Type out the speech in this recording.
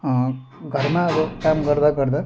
घरमा अब काम गर्दा गर्दा